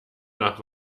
nach